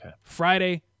friday